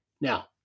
Now